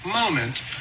moment